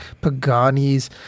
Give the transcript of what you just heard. Pagani's